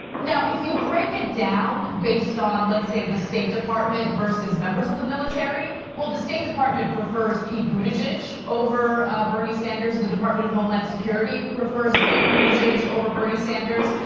now, if you break it down based on, let's say, the state department versus members of the military. well, the state department prefers pete buttigieg over bernie sanders. the department of homeland security prefers pete buttigieg over bernie sanders.